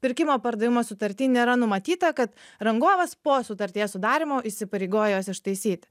pirkimo pardavimo sutarty nėra numatyta kad rangovas po sutarties sudarymo įsipareigoja juos ištaisyti